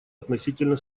относительно